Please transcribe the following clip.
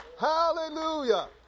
Hallelujah